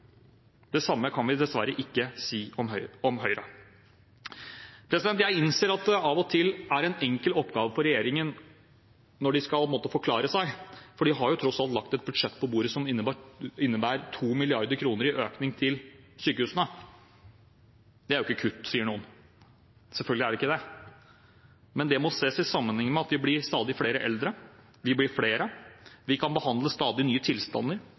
Det samme kan vi dessverre ikke si om Høyre. Jeg innser at det av og til er en enkel oppgave for regjeringen når de må forklare seg, for de har tross alt lagt på bordet et budsjett som innebærer en 2 mrd. kroners økning til sykehusene. Det er jo ikke kutt, sier noen. Selvfølgelig er det ikke det. Men det må ses i sammenheng med at vi blir stadig flere eldre, vi blir flere, vi kan behandle stadig nye tilstander,